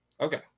Okay